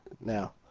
Now